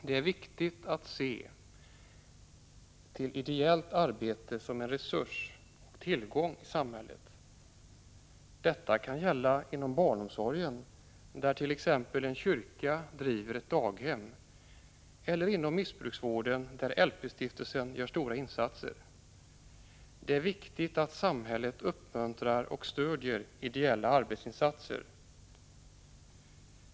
Det är viktigt att se ideellt arbete som en resurs och tillgång i samhället. Detta kan gälla inom barnomsorgen där t.ex. en kyrka driver ett daghem, eller inom missbruksvården där LP-stiftelsen gör stora insatser. Det är viktigt att samhället uppmuntrar och stödjer ideella arbetsinsatser.